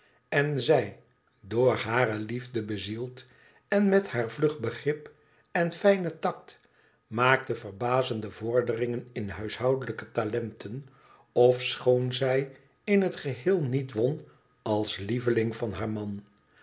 en zij door hare liefde bezield en met haar vlug begrip en fijnen tact maakte verbazende vorderingen in huishoudelijke talenten ofschoon zij in het geheel niet won als lieveling van haar man